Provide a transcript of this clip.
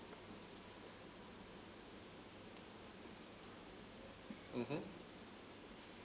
mmhmm